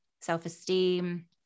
self-esteem